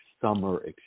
summer